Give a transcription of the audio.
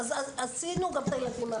איפה האיסור?